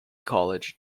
college